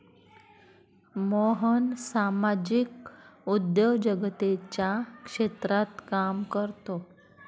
मोहन सामाजिक उद्योजकतेच्या क्षेत्रात काम करतो